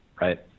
Right